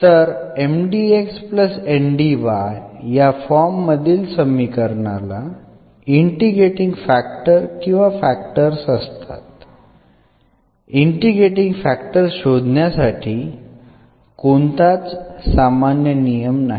तर या फॉर्म मधील समीकरणाला इंटिग्रेटींग फॅक्टर किंवा फॅक्टर्स असतात इंटिग्रेटींग फॅक्टर शोधण्यासाठी कोणताच सामान्य नियम नाही